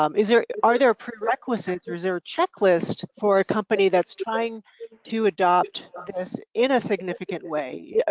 um is there are there prerequisites? or is there a checklist for a company that's trying to adopt this in a significant way? ah